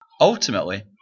Ultimately